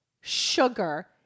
sugar